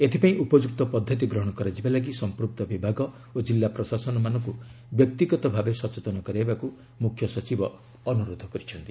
ଏଥିପାଇଁ ଉପଯୁକ୍ତ ପଦ୍ଧତି ଗ୍ରହଣ କରାଯିବା ଲାଗି ସମ୍ପୃକ୍ତ ବିଭାଗ ଓ ଜିଲ୍ଲା ପ୍ରଶାସନମାନଙ୍କୁ ବ୍ୟକ୍ତିଗତ ଭାବେ ସଚେତନ କରାଇବାକୁ ମୁଖ୍ୟ ସଚିବ ଅନୁରୋଧ କରିଛନ୍ତି